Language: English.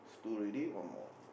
two already one more